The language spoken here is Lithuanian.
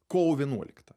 kovo vienuolikta